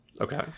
Okay